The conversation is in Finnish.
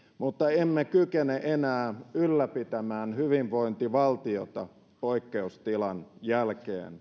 mutta emme kykene enää ylläpitämään hyvinvointivaltiota poikkeustilan jälkeen